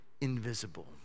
invisible